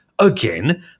again